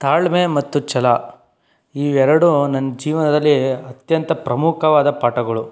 ತಾಳ್ಮೆ ಮತ್ತು ಛಲ ಈ ಎರಡೂ ನನ್ನ ಜೀವನದಲ್ಲಿ ಅತ್ಯಂತ ಪ್ರಮುಖವಾದ ಪಾಠಗಳು